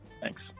Thanks